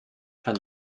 kann